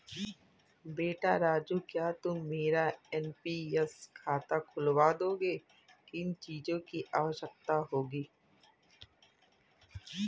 बेटा राजू क्या तुम मेरा एन.पी.एस खाता खुलवा दोगे, किन चीजों की आवश्यकता होगी?